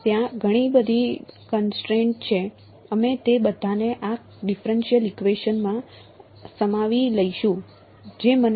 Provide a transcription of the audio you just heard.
ત્યાં ઘણી બધી કનસ્ટ્રેન્ટ છે અમે તે બધાને આ ડિફરેનશીયલ ઇકવેશન